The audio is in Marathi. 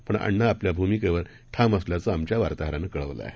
पण अण्णा आपल्या भूमिकेवर ठाम असल्याचं आमच्या वार्ताहरानं सांगितलं आहे